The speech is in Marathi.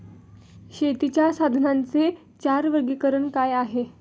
शेतीच्या साधनांचे चार वर्गीकरण काय आहे?